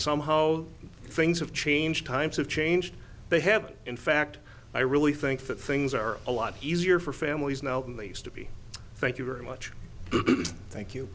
somehow things have changed times have changed they have in fact i really think that things are a lot easier for families now to be thank you very much thank you